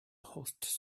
hosts